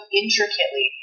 intricately